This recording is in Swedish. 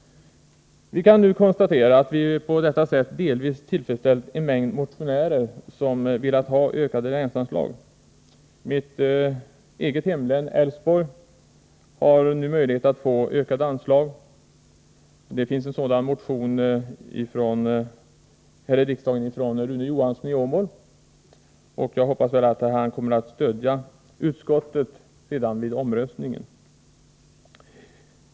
Vi kan konstatera att vi på detta sätt delvis tillfredsställt en mängd motionärer som velat ha ökade länsanslag. Mitt eget hemlän, Älvsborg, har nu möjlighet att få ett ökat anslag. Det finns en motion här i riksdagen med ett sådant förslag, nämligen från Rune Johansson i Åmål. Jag hoppas att han kommer att stödja utskottet vid omröstningen.